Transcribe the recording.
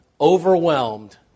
overwhelmed